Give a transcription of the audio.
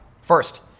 First